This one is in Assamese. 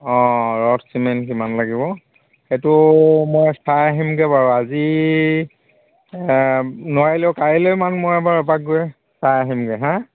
অঁ ৰড চিমেণ্ট কিমান লাগিব সেইটো মই চাই আহিমগৈ বাৰু আজি নোৱাৰিলেও কাইলৈ মান মই বাৰু এপাক গৈ চাই আহিমগৈ হা